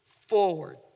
forward